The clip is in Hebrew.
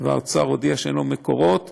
האוצר הודיע שאין לו מקורות,